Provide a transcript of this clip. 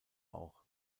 auch